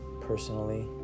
personally